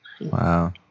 Wow